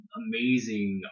amazing